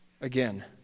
again